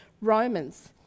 Romans